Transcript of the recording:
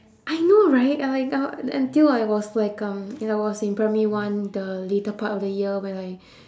I know right uh like uh until I was like um when I was in primary one the later part of the year when I